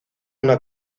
una